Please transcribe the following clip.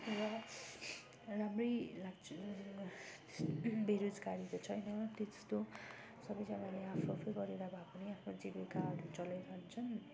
र राम्रै लाग्छ बेरोजगारी त छैन त्यस्तो सबैजनाले आफू आफू गरेर भए पनि आफ्नो जीविकाहरू चलाइरहन्छन्